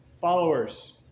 followers